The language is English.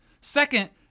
Second